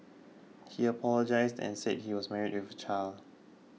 he apologised and said he was married with a child